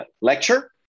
lecture